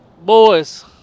Boys